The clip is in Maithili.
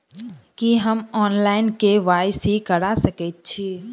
की हम ऑनलाइन, के.वाई.सी करा सकैत छी?